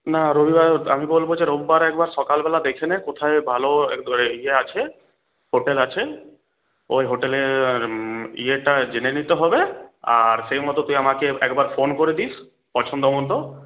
না রবিবারে আমি বলব যে রোববার একবার সকালবেলা দেখে নে কোথায় ভালো তোর এই ইয়ে আছে হোটেল আছে ওই হোটেলে ইয়েটা জেনে নিতে হবে আর সেই মতো তুই আমাকে একবার ফোন করে দিস পছন্দমতো